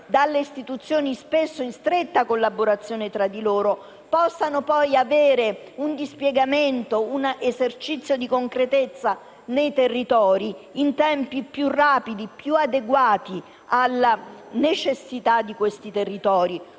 dalle istituzioni, spesso in stretta collaborazione tra di loro, possano poi avere un dispiegamento, un esercizio di concretezza nei territori in tempi più rapidi e più adeguati alla necessità di quegli stessi territori,